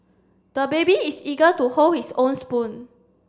the baby is eager to hold his own spoon